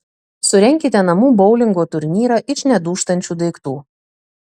surenkite namų boulingo turnyrą iš nedūžtančių daiktų